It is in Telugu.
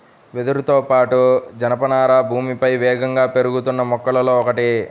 వెదురుతో పాటు, జనపనార భూమిపై వేగంగా పెరుగుతున్న మొక్కలలో ఒకటి